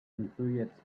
infuriates